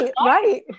right